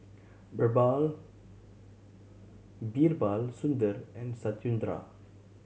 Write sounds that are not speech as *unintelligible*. Birbal *unintelligible* Sundar and Satyendra